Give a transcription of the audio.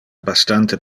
bastante